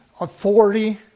authority